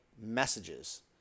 messages